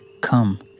come